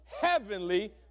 heavenly